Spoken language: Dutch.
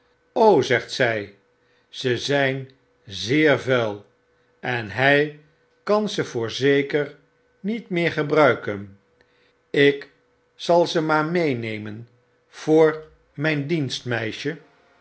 zegt zy ze zyn zeer vuil en hy kan ze voorzeker niet meer gebruiken ik zal ze maar meenemen voor myn